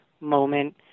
moment